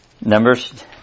Numbers